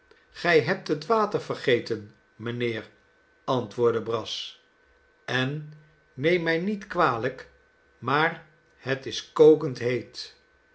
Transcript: gij hebt het water vergeten mijnheer antwoordde brass en neem mij niet kwalijk maar het is kokend heet